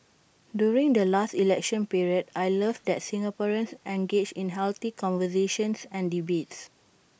during the last election period I love that Singaporeans engage in healthy conversations and debates